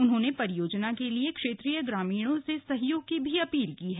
उन्होंने परियोजना के लिए क्षेत्रीय ग्रामीणों से सहयोग की अपील की है